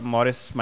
Morris